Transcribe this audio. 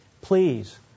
Please